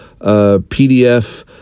PDF